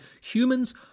humans